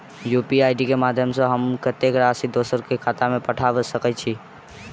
UPI केँ माध्यम सँ हम कत्तेक राशि दोसर केँ खाता मे पठा सकैत छी?